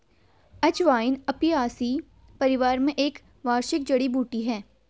अजवाइन अपियासी परिवार में एक वार्षिक जड़ी बूटी है